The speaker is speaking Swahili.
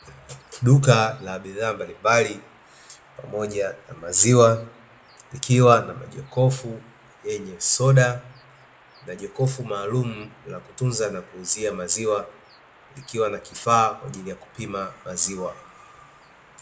Duka la bidhaa mbalimbali pamoja na maziwa, likiwa na majokofu yenye soda na jokofu maalumu la kutunza na kuuzia maziwa, likiwa na kifaa kwa ajili ya kupima maziwa.